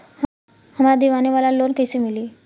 हमरा दीवाली वाला लोन कईसे मिली?